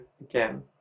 again